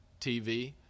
TV